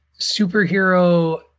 superhero